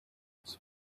its